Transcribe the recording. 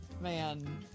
Man